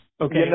Okay